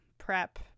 Prep